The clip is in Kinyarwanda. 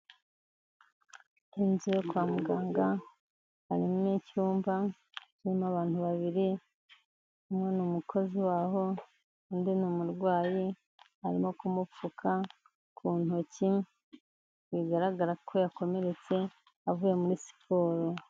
Inzu yo kwa muganga, harimo icyumba kirimo abantu babiri, umwe ni umukozi waho, undi ni umurwayi, arimo kumupfuka ku ntoki, bigaragara ko yakomeretse avuye muri siporo.